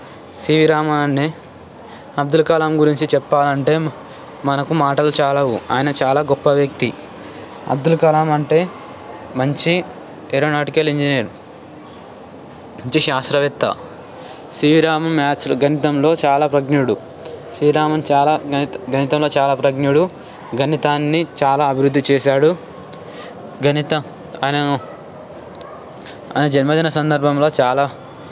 CV రామన్ని అబ్దుల్ కలాం గురించి చెప్పాలంటే మనకు మాటలు చాలవు ఆయన చాలా గొప్ప వ్యక్తి అబ్దుల్ కలాం అంటే మంచి ఏరోనాటికల్ ఇంజనీర్ మంచి శాస్త్రవేత్త సివి రామన్ మ్యాథ్స్ గణితంలో చాలా ప్రతిజ్ఞుడు సివి రామన్ చాలా గణితంలో చాలా ప్రజ్ఞుడు గణితాన్ని చాలా అభివృద్ధి చేశాడు గణిత ఆయనను ఆయన జన్మదిన సందర్భంగా చాలా